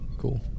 cool